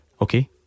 Okay